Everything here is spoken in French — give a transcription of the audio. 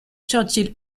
churchill